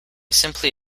simply